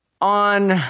on